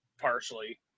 partially